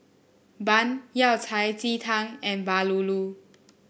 bun Yao Cai Ji Tang and bahulu